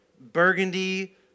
burgundy